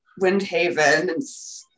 Windhaven